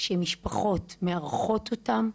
שמשפחות מארחות אותן,